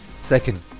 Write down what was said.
Second